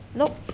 nope